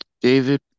David